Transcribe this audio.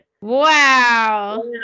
Wow